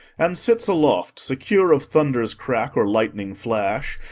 and sits aloft, secure of thunder's crack or lightning flash,